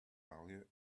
value